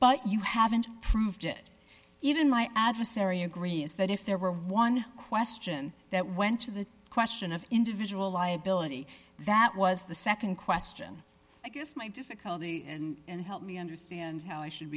but you haven't proved it even my adversary agree is that if there were one question that went to the question of individual liability that was the nd question i guess my difficulty and help me understand how i should